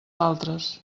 altres